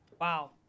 Wow